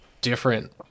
different